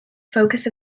focus